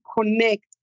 connect